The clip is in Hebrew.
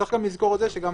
צריך גם לזכור את זה שבסוף,